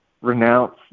renounce